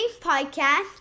podcast